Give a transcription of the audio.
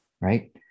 right